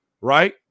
right